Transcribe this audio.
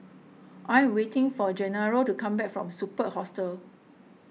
I am waiting for Gennaro to come back from Superb Hostel